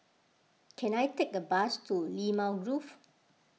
can I take a bus to Limau Grove